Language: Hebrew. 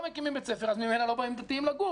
אז ממילא לא באים דתיים לגור.